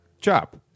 Chop